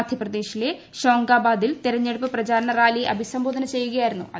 മധ്യപ്രദേശിലെ ഹോഷംഗാബാദിൽ തെരഞ്ഞെടുപ്പ് പ്രചാരണ റാലിയെ അഭിസംബോധന ചെയ്യുകയായിരുന്നു അദ്ദേഹം